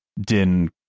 Din